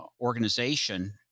organization